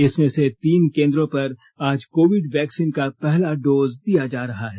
इसमें से तीन केंद्रों पर आज कोविड वैक्सीन का पहला डोज दिया जा रहा है